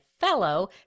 fellow